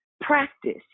practice